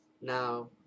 now